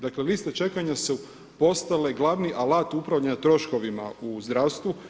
Dakle, liste čekanja su postale glavni alat upravljanja troškovima u zdravstvu.